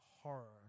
Horror